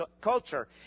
culture